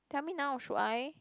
tell me now should I